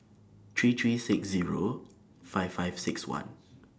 three three six Zero five five six one